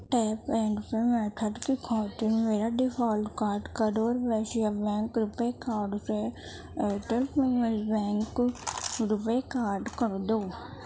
tape and pay method کی خاطر میرا default card Karur Vysya bank RuPay card سے Airtel payment bank RuPay card کر دو